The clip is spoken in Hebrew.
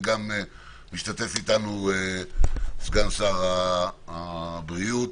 וגם משתתף איתנו סגן שר הבריאות,